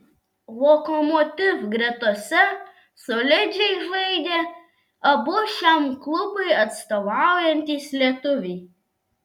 lokomotiv gretose solidžiai žaidė abu šiam klubui atstovaujantys lietuviai